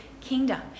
kingdom